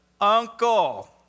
uncle